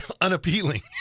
unappealing